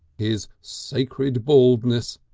his sacred baldness,